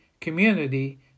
community